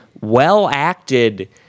well-acted